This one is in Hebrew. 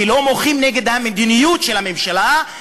ולא מוחים נגד המדיניות של הממשלה.